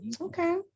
okay